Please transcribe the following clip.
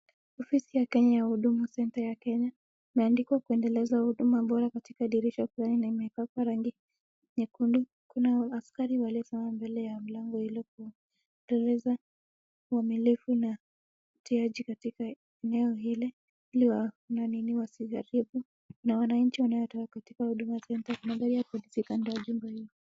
Ofisi ya Kenya Huduma Center ya Kenya. Imeandikwa kuendeleza huduma bora katika dirisha fulani na imewekwa rangi nyekundu. Kuna askari waliosimama mbele ya mlango ili kutekeleza uamilifu na utiaji katika eneo hili, ili wanini wasiharibu. Na wananchi wanaotoka katika huduma center , kuna gari la polisi kando ya jumba hilo.